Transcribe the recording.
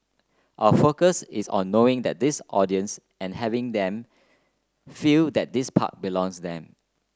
our focus is on knowing this audience and having them feel that this park belongs them